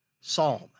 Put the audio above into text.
psalm